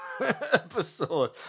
episode